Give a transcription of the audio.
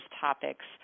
topics